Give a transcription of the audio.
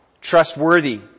trustworthy